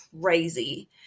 crazy